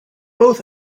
both